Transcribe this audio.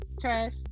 trash